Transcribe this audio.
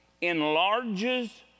enlarges